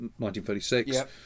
1936